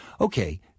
Okay